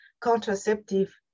contraceptive